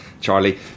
Charlie